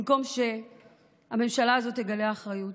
במקום שהממשלה הזאת תגלה אחריות,